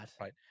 Right